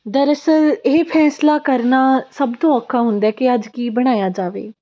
ਦਰਅਸਲ ਇਹ ਫੈਸਲਾ ਕਰਨਾ ਸਭ ਤੋਂ ਔਖਾ ਹੁੰਦਾ ਕਿ ਅੱਜ ਕੀ ਬਣਾਇਆ ਜਾਵੇ